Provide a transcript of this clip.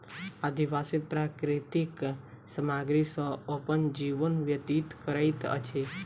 आदिवासी प्राकृतिक सामग्री सॅ अपन जीवन व्यतीत करैत अछि